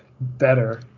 better